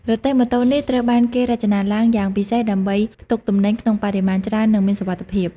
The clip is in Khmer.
រទេះម៉ូតូនេះត្រូវបានគេរចនាឡើងយ៉ាងពិសេសដើម្បីផ្ទុកទំនិញក្នុងបរិមាណច្រើននិងមានសុវត្ថិភាព។